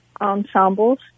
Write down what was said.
ensembles